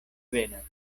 venas